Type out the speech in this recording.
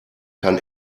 kann